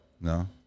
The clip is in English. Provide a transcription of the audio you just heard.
No